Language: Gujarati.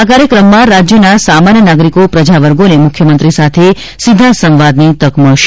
આ કાર્યક્રમમાં રાજ્યના સમાન્ય નાગરિકો પ્રજાવર્ગોને મુખ્યમંત્રી સાથે સીધા સંવાદની તક મલશે